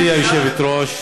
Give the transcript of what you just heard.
גברתי היושבת-ראש,